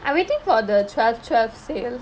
I waiting for the twelve twelve sale